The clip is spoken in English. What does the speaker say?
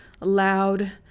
loud